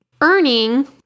earning